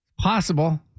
Possible